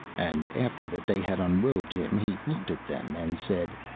and after that they had unrobed him, he looked at them and said,